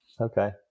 Okay